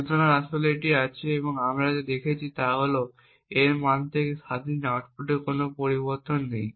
এবং আমাদের আসলে এটি আছে এবং আমরা এখানে যা দেখছি তা হল A এর মান থেকে স্বাধীন আউটপুটে কোন পরিবর্তন নেই